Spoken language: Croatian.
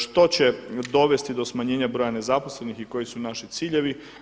Što će dovesti do smanjenja broja nezaposlenih i koji su naši ciljevi?